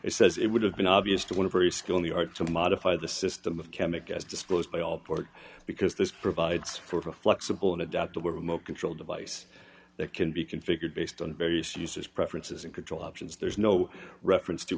he says it would have been obvious to one very skilled we are to modify the system of chemicals disposed by all port because this provides for a flexible and adaptable remote control device that can be configured based on various uses preferences and control options there's no reference to